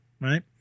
right